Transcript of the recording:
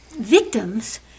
victims